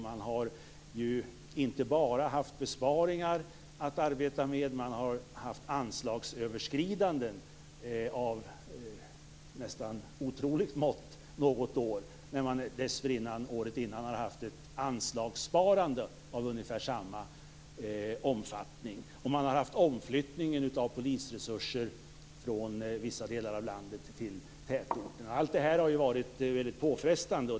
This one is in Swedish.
Man har inte bara haft besparingar att arbeta med, utan det har också rört sig om anslagsöverskridanden av nästan otroliga mått något år efter att året innan ha haft ett anslagssparande av ungefär samma omfattning. Dessutom har det varit en omflyttning av polisresurser från vissa delar av landet till tätorterna. Allt detta har varit väldigt påfrestande.